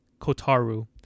Kotaru